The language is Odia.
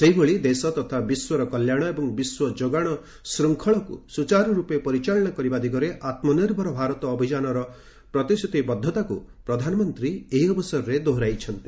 ସେହିଭଳି ଦେଶ ତଥା ବିଶ୍ୱର କଲ୍ୟାଣ ଏବଂ ବିଶ୍ୱ ଯୋଗାଣ ଶ୍ଚଙ୍ଗଳକୁ ସୁଚାରୁରୂପେ ପରିଚାଳନା କରିବା ଦିଗରେ ଆତ୍ମନିର୍ଭର ଭାରତ ଅଭିଯାନର ପ୍ରତିଶ୍ରୁତିବଦ୍ଧତାକୁ ପ୍ରଧାନମନ୍ତ୍ରୀ ଏହି ଅବସରରେ ଦୋହରାଇଛନ୍ତି